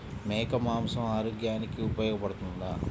మేక మాంసం ఆరోగ్యానికి ఉపయోగపడుతుందా?